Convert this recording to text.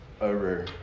over